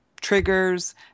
triggers